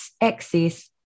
access